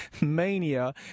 mania